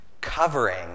Covering